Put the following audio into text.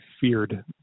feared